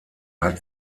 hat